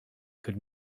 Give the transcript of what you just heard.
could